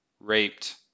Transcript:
raped